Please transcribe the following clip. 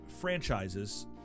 franchises